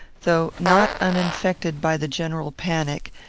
though not uninfected by the general panic,